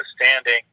standing